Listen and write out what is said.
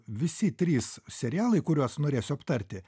visi trys serialai kuriuos norėsiu aptarti